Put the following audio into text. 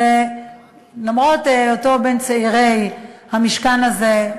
שלמרות היותו בין צעירי המשכן הזה,